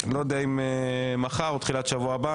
לא יודע אם מחר או תחילת שבוע הבא,